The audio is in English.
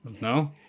No